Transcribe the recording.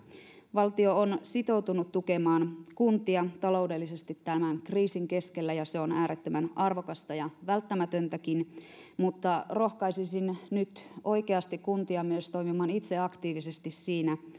valtio on sitoutunut tukemaan kuntia taloudellisesti tämän kriisin keskellä ja se on äärettömän arvokasta ja välttämätöntäkin mutta rohkaisisin nyt oikeasti kuntia myös toimimaan itse aktiivisesti siinä